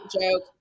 joke